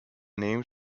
named